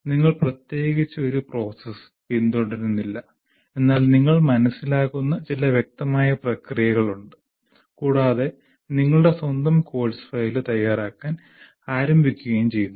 നിങ്ങൾ പ്രത്യേകിച്ച് ഒരു പ്രോസസ്സ് പിന്തുടരുന്നില്ല എന്നാൽ നിങ്ങൾ മനസിലാക്കുന്ന ചില വ്യക്തമായ പ്രക്രിയകളുണ്ട് കൂടാതെ നിങ്ങളുടെ സ്വന്തം കോഴ്സ് ഫയൽ തയ്യാറാക്കാൻ ആരംഭിക്കുകയും ചെയ്യുന്നു